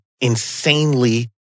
insanely